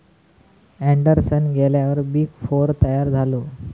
Anderson गेल्यार big four तयार झालो